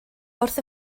wrth